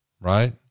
right